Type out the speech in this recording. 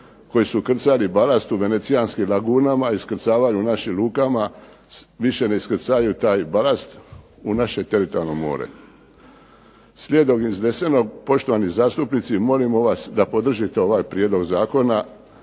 koji su krcali balast u venecijanskim lagunama, iskrcavali u našim lukama više ne iskrcaju taj balast u naše teritorijalno more. Slijedom iznesenog poštovani zastupnici molimo vas da podržite ovaj prijedlog zakona